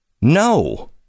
No